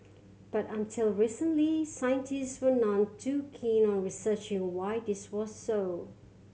but until recently scientist were none too keen on researching why this was so